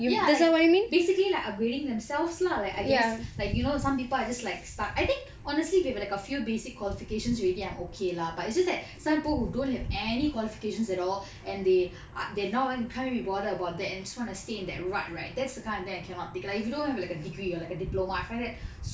ya like basically like upgrading themselves lah like I guess like you know some people are just like stuck I think honestly if you have like a few basic qualifications already I'm okay lah but it's just that some people who don't have any qualifications at all and they are they not even can't be bothered about that and just want to stay in that rut right that's the kind of thing I cannot take like if you don't have like a degree you are like a diploma I find that